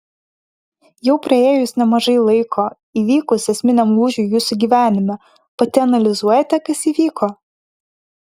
jau praėjus nemažai laiko įvykus esminiam lūžiui jūsų gyvenime pati analizuojate kas įvyko